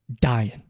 dying